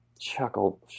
chuckle